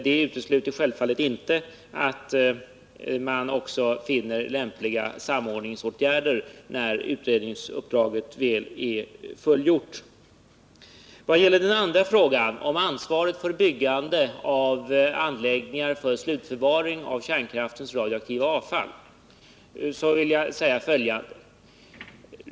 Det utesluter självfallet inte att man också föreslår lämpliga samordningsåt gärder när utredningsuppdraget väl är fullgjort. Vad gäller den andra frågan, om ansvaret för byggande av anläggningar för slutförvaring av kärnkraftens radioaktiva avfall, vill jag säga följande.